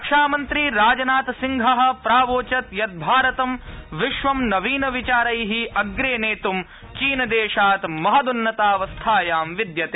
रक्षामंत्री राजनाथसिंह प्रावोचत् यत् भारतं विश्वं नवीनविचारै अप्रे नेत्म् चीनदेशात् उन्नतावस्थायाम् विद्यते